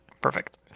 Perfect